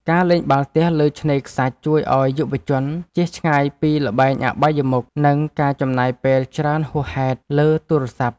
ការលេងបាល់ទះលើឆ្នេរខ្សាច់ជួយឱ្យយុវជន ជៀសឆ្ងាយពីល្បែងអបាយមុខ និងការចំណាយពេលច្រើនហួសហេតុលើទូរស័ព្ទ។